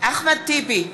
אחמד טיבי,